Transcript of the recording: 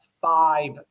five